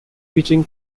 featuring